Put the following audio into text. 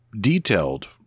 detailed